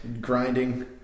grinding